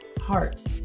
heart